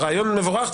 הרעיון הוא מבורך,